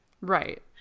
Right